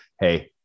hey